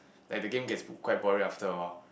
like the game gets quite boring after awhile